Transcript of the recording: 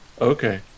Okay